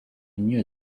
knew